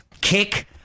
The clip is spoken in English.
Kick